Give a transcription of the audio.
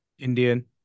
Indian